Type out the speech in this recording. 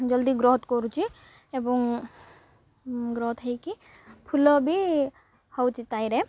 ଜଲ୍ଦି ଗ୍ରୋଥ୍ କରୁଛି ଏବଂ ଗ୍ରୋଥ୍ ହୋଇକି ଫୁଲ ବି ହେଉଛି ତାହିଁରେ